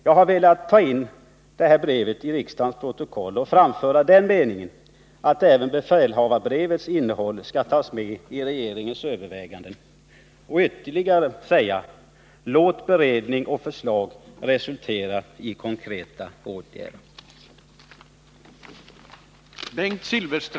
Jag har velat ta in detta brev i riksdagens protokoll och framföra den meningen att även innehållet i befälhavarnas brev bör tas med i regeringens överväganden. Jag vill också säga: Låt beredning och förslag resultera i konkreta åtgärder!